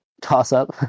toss-up